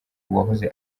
uwahoze